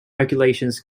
regulations